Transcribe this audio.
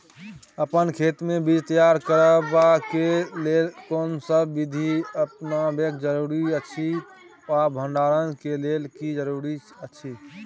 अपन खेत मे बीज तैयार करबाक के लेल कोनसब बीधी अपनाबैक जरूरी अछि आ भंडारण के लेल की जरूरी अछि?